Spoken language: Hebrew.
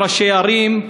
כראשי ערים,